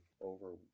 over